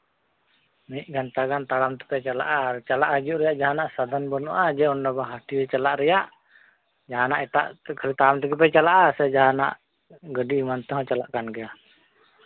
ᱢᱤᱫ ᱜᱷᱚᱱᱴᱟ ᱜᱟᱱ ᱛᱟᱲᱟᱢ ᱛᱮᱯᱮ ᱪᱟᱞᱟᱜᱼᱟ ᱪᱟᱞᱟᱜ ᱦᱤᱡᱩᱜ ᱨᱮᱭᱟᱜ ᱡᱟᱦᱟᱱᱟᱜ ᱥᱟᱫᱚᱱ ᱵᱟᱹᱱᱩᱜᱼᱟ ᱡᱮ ᱦᱟᱹᱴᱭᱟᱹ ᱪᱟᱞᱟᱜ ᱨᱮᱭᱟᱜ ᱡᱟᱦᱟᱱᱟᱜ ᱮᱴᱟᱜ ᱛᱟᱲᱟᱢ ᱛᱮᱜᱮ ᱯᱮ ᱪᱟᱞᱟᱜᱼᱟ ᱥᱮ ᱡᱟᱦᱟᱱᱟᱜ ᱜᱟᱹᱰᱤ ᱮᱢᱟᱱ ᱛᱮᱦᱚᱸ ᱪᱟᱞᱟᱜ ᱠᱟᱱ ᱜᱮᱭᱟ